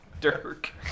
Dirk